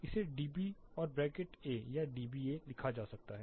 इसे डीबी और bracket A या डीबीए लिखा जा सकता है